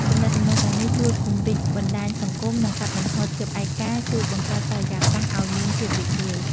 ទំនាក់ទំនងទាំងនេះជួយពង្រីកបណ្ដាញសង្គម និងកាត់បន្ថយភាពឯកា ជួយបង្កើតបរិយាកាសអោយមានភាពរីករាយ ។